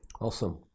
Awesome